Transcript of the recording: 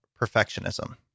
perfectionism